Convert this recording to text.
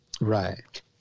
Right